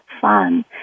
fun